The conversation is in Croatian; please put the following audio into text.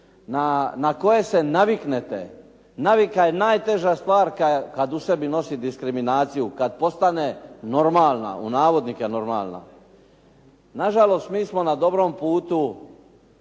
na koje se naviknete. Navika je najteža stvar kad u sebi nosi diskriminaciju, kad postane "normalna". Nažalost, mi smo na dobrom putu